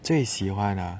最喜欢 ah